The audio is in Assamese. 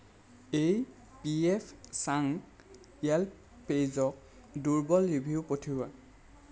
এই পিএফ চাংছ য়েল্প পেজক দুৰ্বল ৰিভিউ পঠিওৱা